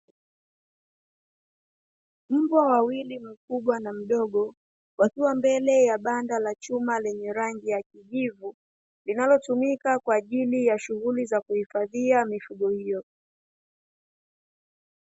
Mbwa wawili mkubwa na mdogo wakiwa mbele ya banda la chuma, lenye rangi ya kijivu linalotumika kwa ajili ya shughuli za kuhifadhia mifugo hiyo.